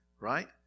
right